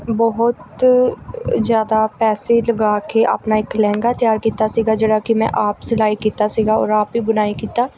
ਬਹੁਤ ਜ਼ਿਆਦਾ ਪੈਸੇ ਲਗਾ ਕੇ ਆਪਣਾ ਇੱਕ ਲਹਿੰਗਾ ਤਿਆਰ ਕੀਤਾ ਸੀਗਾ ਜਿਹੜਾ ਕਿ ਮੈਂ ਆਪ ਸਿਲਾਈ ਕੀਤਾ ਸੀਗਾ ਔਰ ਆਪ ਹੀ ਬੁਣਾਈ ਕੀਤਾ